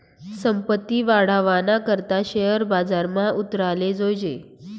संपत्ती वाढावाना करता शेअर बजारमा उतराले जोयजे